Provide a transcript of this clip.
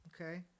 Okay